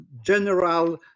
general